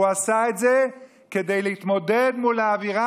הוא עשה את זה כדי להתמודד מול האווירה